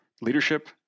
Leadership